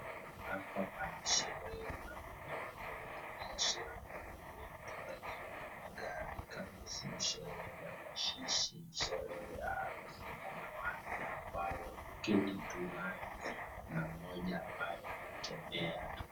Hapa pana sherehe wanapigiwa sherehe pakiwa na magari kama si sherehe ya washishi ni sherehe ya si kuna watu na ambao wameketi kuna mmoja ambaye anatembea.